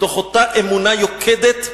מתוך אותה אמונה יוקדת,